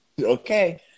Okay